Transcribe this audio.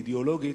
אידיאולוגית,